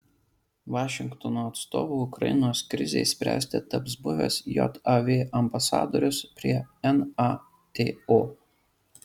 vašingtono atstovu ukrainos krizei spręsti taps buvęs jav ambasadorius prie nato